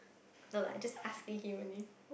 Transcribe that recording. no lah just asking him only